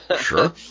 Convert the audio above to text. Sure